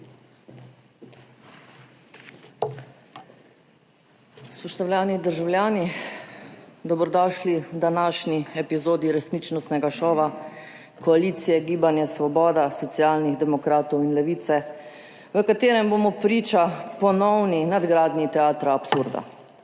Spoštovani državljani, dobrodošli v današnji epizodi resničnostnega šova koalicije Gibanje Svoboda, Socialnih demokratov in Levice, v katerem bomo priča ponovni nadgradnji teatra absurda.